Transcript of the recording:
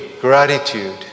gratitude